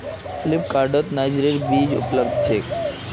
फ्लिपकार्टत नाइजरेर बीज उपलब्ध छेक